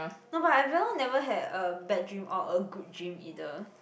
not but I very long never had a bad dream or a good dream either